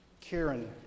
Karen